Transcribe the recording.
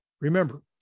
Remember